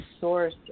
source